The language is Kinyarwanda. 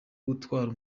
gutwara